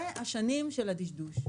זה השנים של הדשדוש.